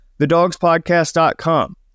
thedogspodcast.com